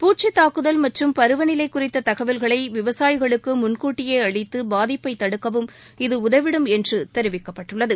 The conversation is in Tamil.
பூச்சித்தாக்குதல் மற்றும் பருவநிலை குறித்த தகவல்களை விவசாயிகளுக்கு முன்கூட்டியே அளித்து பாதிப்பை தடுக்கவும் இது உதவிடும் என்று தெரிவிக்கப்பட்டுள்ளது